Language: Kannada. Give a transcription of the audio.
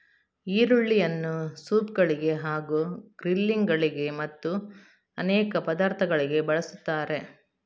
ಈರುಳ್ಳಿಯನ್ನು ಸೂಪ್ ಗಳಿಗೆ ಹಾಗೂ ಗ್ರಿಲ್ಲಿಂಗ್ ಗಳಿಗೆ ಮತ್ತು ಅನೇಕ ಪದಾರ್ಥಗಳಿಗೆ ಬಳಸುತ್ತಾರೆ